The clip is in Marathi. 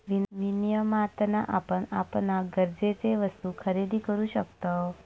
विनियमातना आपण आपणाक गरजेचे वस्तु खरेदी करु शकतव